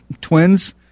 Twins